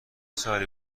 سالی